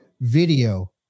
video